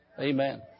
Amen